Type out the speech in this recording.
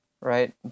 right